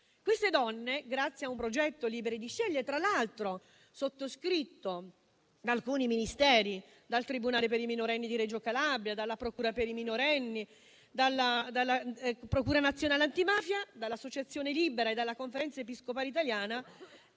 Queste donne, grazie al progetto «Liberi di scegliere», tra l'altro sottoscritto da alcuni Ministeri, dal Tribunale per i minorenni di Reggio Calabria, dalla procura per i minorenni, dalla Procura nazionale antimafia, dall'Associazione Libera e dalla Conferenza episcopale italiana,